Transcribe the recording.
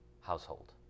household